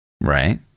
right